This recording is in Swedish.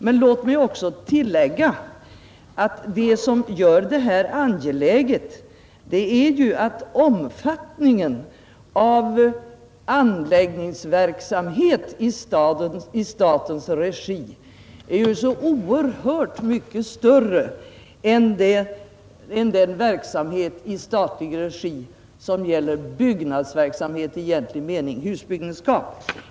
Låt mig emellertid också tillägga att det som gör detta angeläget är att omfattningen av anläggningsverksamheten i statens regi är så oerhört mycket större än den verksamhet som gäller husbyggenskap.